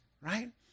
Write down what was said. right